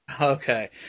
Okay